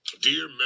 Dear